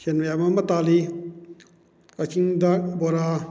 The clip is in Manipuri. ꯁꯦꯟ ꯃꯌꯥꯝ ꯑꯃ ꯇꯥꯜꯂꯤ ꯀꯛꯆꯤꯡꯗ ꯕꯣꯔꯥ